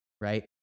right